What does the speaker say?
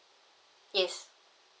yes